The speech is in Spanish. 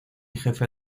jefe